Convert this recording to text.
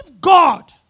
God